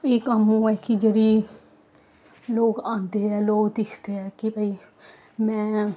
एह् कम्म होऐ कि जेह्ड़ी लोक औंदे ऐ लोक दिखदे ऐ कि भाई में